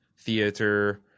theater